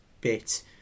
bit